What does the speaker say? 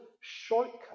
shortcut